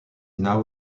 now